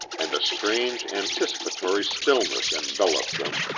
and a strange, anticipatory stillness enveloped them,